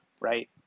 right